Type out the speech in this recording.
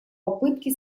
попытки